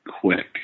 quick